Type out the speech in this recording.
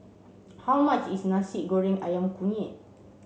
how much is Nasi Goreng Ayam Kunyit